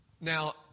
Now